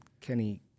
Kenny